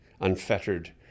unfettered